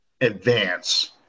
advance